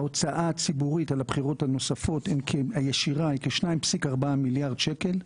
ההוצאה הציבורית הישירה על הבחירות הנוספות היא כ-2,4 מיליארד שקלים.